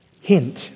hint